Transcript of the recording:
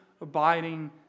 abiding